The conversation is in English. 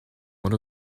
what